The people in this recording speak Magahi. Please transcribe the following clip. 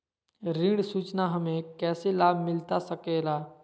ऋण सूचना हमें कैसे लाभ मिलता सके ला?